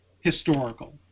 historical